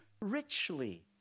richly